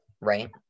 right